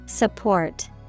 Support